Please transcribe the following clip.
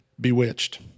Bewitched